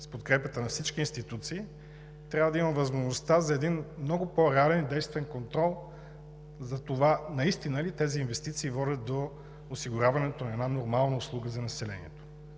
с подкрепата на всички институции, трябва да има възможността за много по-реален и действен контрол за това наистина ли тези инвестиции водят до осигуряването на една нормална услуга за населението.